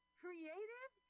creative